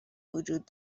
وجود